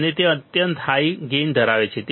અને તે અત્યંત હાઈ ગેઇન ધરાવે છે